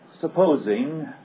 Supposing